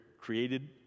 created